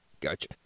Gotcha